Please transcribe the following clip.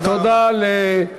תודה רבה.